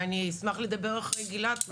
ואני אשמח לדבר אחרי גלעד.